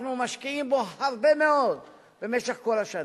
אנחנו משקיעים בו הרבה מאוד במשך כל השנה.